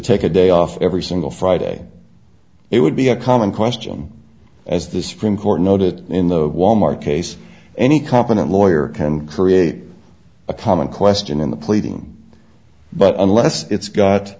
take a day off every single friday it would be a common question as the supreme court noted in the wal mart case any competent lawyer can create a common question in the pleading but unless it's got